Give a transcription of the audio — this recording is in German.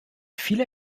viele